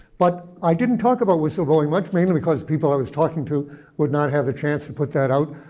but i didn't talk about whistleblowing much, mainly because people i was talking to would not have a chance to put that out,